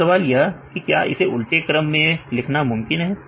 अब सवाल यह की क्या इसे उल्टे क्रम मैं लिखना मुमकिन है